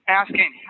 asking